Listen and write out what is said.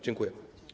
Dziękuję.